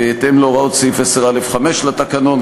בהתאם להוראות סעיף 10(א)(5) לתקנון,